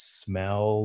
smell。